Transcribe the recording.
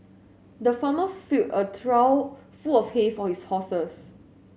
the farmer filled a trough full of hay for his horses